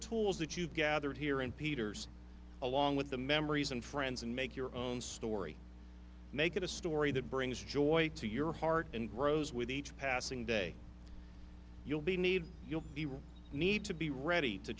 tools that you've gathered here and peters along with the memories and friends and make your own story make it a story that brings joy to your heart and grows with each passing day you'll be needed you'll be really need to be ready to